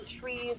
trees